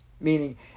Meaning